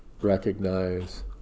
Recognize